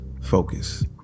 focus